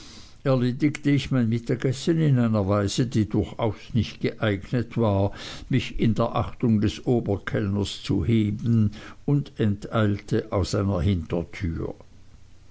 erledigte ich mein mittagessen in einer weise die durchaus nicht geeignet war mich in der achtung des oberkellners zu heben und enteilte aus einer hintertür